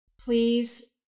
Please